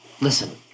Listen